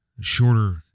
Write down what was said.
shorter